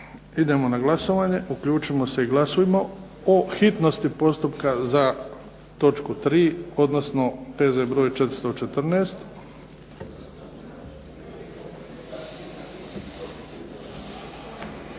Idemo na glasovanje. Uključimo se i glasujmo o hitnosti postupka za točku 3., odnosno P.Z. br. 414.